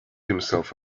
himself